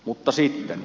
mutta sitten